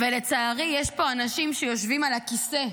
ולצערי יש פה אנשים שיושבים על הכיסא,